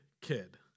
kid